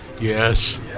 Yes